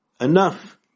enough